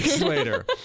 later